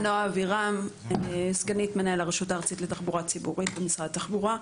אני סגנית מנהל הרשות הארצית לתחבורה ציבורית במשרד התחבורה.